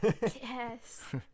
Yes